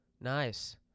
Nice